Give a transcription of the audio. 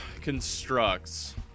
Constructs